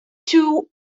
two